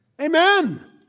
amen